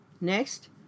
Next